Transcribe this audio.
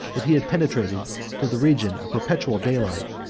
that he had penetrated to the region of perpetual daylight,